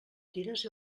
tires